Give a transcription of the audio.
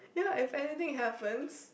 ya lah if anything happened